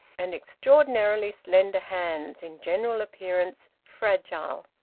and extraordinarily slender hands in general appearance fragile.